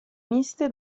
miste